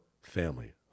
family